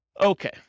Okay